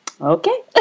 Okay